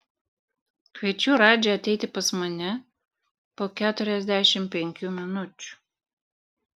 kviečiu radžį ateiti pas mane po keturiasdešimt penkių minučių